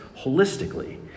holistically